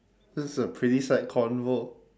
this is a pretty sad convo